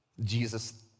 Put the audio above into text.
Jesus